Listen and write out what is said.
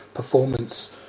performance